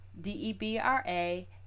D-E-B-R-A